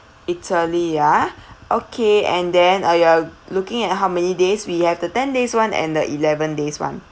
italy ya okay and then uh you're looking at how many days we have the ten days one and the eleven days [one]